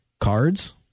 cards